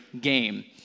game